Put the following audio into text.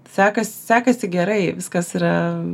sekas sekasi gerai viskas yra